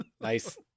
Nice